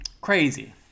Crazy